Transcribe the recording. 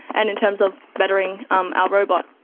and in terms of bettering um our robot.